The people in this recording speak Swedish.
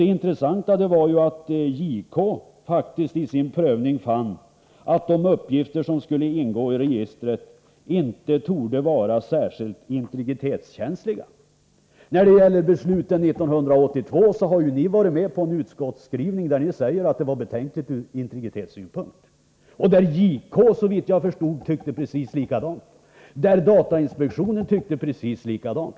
Det intressanta var att JK faktiskt i sin prövning fann att de uppgifter som skulle ingå i registret inte torde vara särskilt integritetskänsliga. När det gäller beslutet 1982 har ni varit med på en utskottsskrivning, där ni säger att det var betänkligt ur integritetssynpunkt. JK tyckte såvitt jag förstod precis likadant, och även datainspektionen tyckte precis likadant.